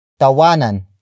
Tawanan